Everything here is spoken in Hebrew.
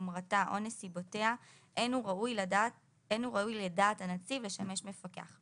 חומרתה או נסיבותיה אין הוא ראוי לדעת הנציב לשמש מפקח;